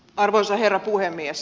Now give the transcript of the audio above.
arvoisa herra puhemies